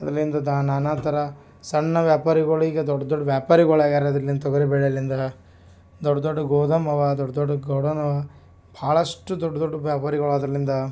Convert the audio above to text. ಅದ್ರಿಂದದಾ ನಾನಾ ಥರ ಸಣ್ಣ ವ್ಯಾಪಾರಿಗಳು ಈಗ ದೊಡ್ಡ ದೊಡ್ಡ ವ್ಯಾಪಾರಿಗಳು ಆಗ್ಯಾರ ಅದ್ರಲ್ಲಿ ನಿಂತು ತೊಗರಿ ಬೆಳೆಯಲ್ಲಿಂದಾ ದೊಡ್ಡ ದೊಡ್ಡ ಗೋದಾಮು ಅವಾ ದೊಡ್ಡ ದೊಡ್ಡ ಗೋಡೋನ್ ಅವಾ ಭಾಳಷ್ಟು ದೊಡ್ಡ ದೊಡ್ಡ ವ್ಯಾಪಾರಿಗಳು ಅದರಿಂದ